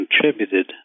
contributed